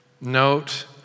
note